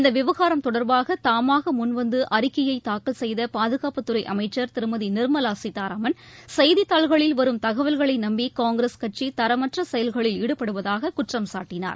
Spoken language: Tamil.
இந்த விவகாரம் தொடர்பாக தாமாக முன்வந்து அறிக்கையை தாக்கல் செய்த பாதுகாப்புத் துறை அமைச்சர் திருமதி நிர்மலா சீதாராமன் செய்தித் தாள்களில் வரும் தகவல்களை நம்பி காங்கிரஸ் கட்சி தரமற்ற செயல்களில் ஈடுபடுவதாக குற்றம் சாட்டினார்